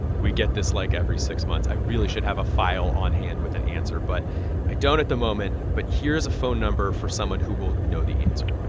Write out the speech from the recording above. we get this, like, every six months. i really should have a file on hand with an answer, but i don't at the moment. but here's a phone number for someone who will know the answer